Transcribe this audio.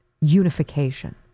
unification